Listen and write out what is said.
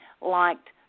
liked